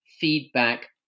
feedback